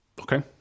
Okay